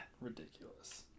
Ridiculous